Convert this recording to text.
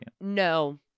No